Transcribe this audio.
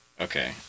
Okay